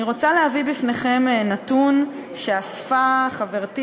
אני רוצה להביא בפניכם נתון שאספה חברתי